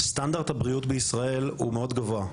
סטנדרט הבריאות בישראל הוא מאוד גבוה,